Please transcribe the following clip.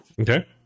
Okay